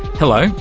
hello,